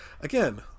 again